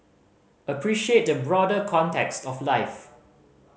appreciate the broader context of life